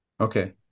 Okay